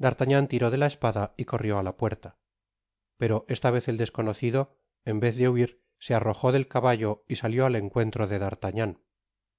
d'artagnan tiró de la espada y corrió á la puerta pero esta vez el desconocido en vez de huir se arrojó del caballo y salió al encuentro de d'artagnan ata